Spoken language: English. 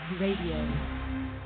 Radio